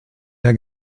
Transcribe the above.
der